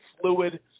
fluid